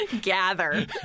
Gather